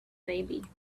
baby